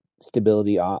stability